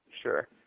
Sure